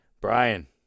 Brian